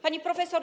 Pani Profesor!